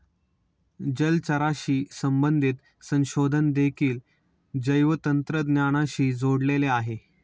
जलचराशी संबंधित संशोधन देखील जैवतंत्रज्ञानाशी जोडलेले आहे